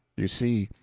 you see,